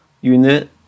unit